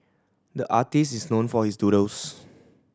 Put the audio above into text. the artist is known for his doodles